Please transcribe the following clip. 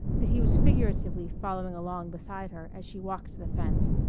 that he was figuratively following along beside her as she walked the fence,